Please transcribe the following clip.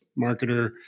marketer